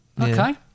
Okay